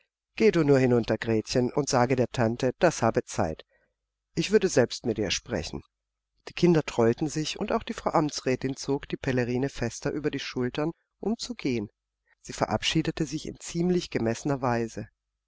gehe du nur hinunter gretchen und sage der tante das habe zeit ich würde selbst mit ihr sprechen die kinder trollten sich und auch die frau amtsrätin zog die pelerine fester über die schultern um zu gehen sie verabschiedete sich in ziemlich gemessener weise